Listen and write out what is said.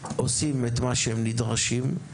עושים את מה שהם נדרשים לעשות,